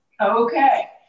Okay